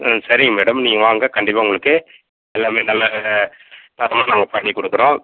ம் சரிங்க மேடம் நீங்கள் வாங்க கண்டிப்பாக உங்களுக்கு எல்லாமே நல்ல தரமாக நாங்கள் பண்ணிக் கொடுக்குறோம்